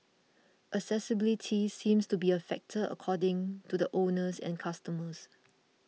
accessibility seems to be a factor according to the owners and customers